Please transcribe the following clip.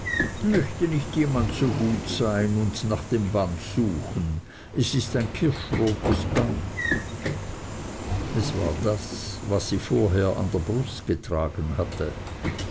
möchte nicht jemand so gut sein und nach dem band suchen es ist ein kirschrotes band es war das was sie vorher an der brust getragen hatte